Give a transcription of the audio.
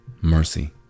Mercy